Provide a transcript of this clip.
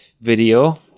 video